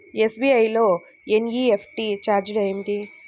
SBI లో NEFT ఛార్జీలు ఏమిటి?